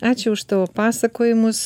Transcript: ačiū už tavo pasakojimus